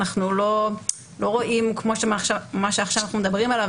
אנחנו לא רואים כמו מה שעכשיו אנחנו מדברים עליו,